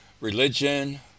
religion